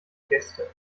gäste